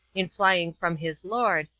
in flying from his lord,